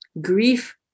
grief